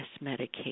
medication